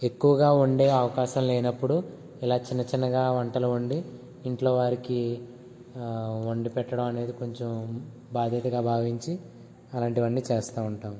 ఎక్కువగా వండే అవకాశం లేనప్పుడు ఇలా చిన్నచిన్నగా వంటలు వండి ఇంట్లో వారికి వండి పెట్టడం అనేది కొంచెం బాధ్యతగా భావించి అలాంటివన్నీ చేస్తా ఉంటాం